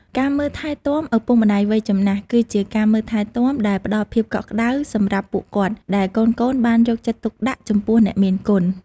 ការមើលថែទាំឪពុកម្ដាយវ័យចំណាស់គឺជាការមើលថែទាំដែលផ្តល់ភាពកក់ក្តៅសម្រាប់ពួកគាត់ ដែលកូនៗបានយកចិត្តទុកដាក់ចំពោះអ្នកមានគុណ។